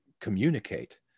communicate